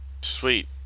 Sweet